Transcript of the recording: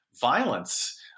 violence